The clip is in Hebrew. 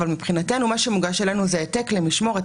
אבל מבחינתנו, מה שמוגש אלינו זה העתק למשמורת.